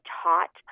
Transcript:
taught